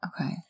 Okay